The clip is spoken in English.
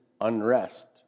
unrest